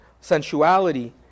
sensuality